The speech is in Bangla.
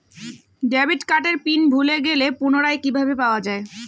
ডেবিট কার্ডের পিন ভুলে গেলে পুনরায় কিভাবে পাওয়া য়ায়?